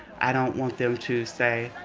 i don't want them to say,